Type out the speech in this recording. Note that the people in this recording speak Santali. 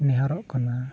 ᱱᱮᱦᱟᱨᱚᱜ ᱠᱟᱱᱟ